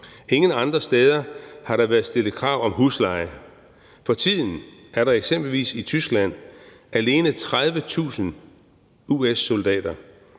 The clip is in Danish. Ingen andre steder har der været stillet krav om husleje. For tiden er der eksempelvis i Tyskland alene 30.000 US-soldater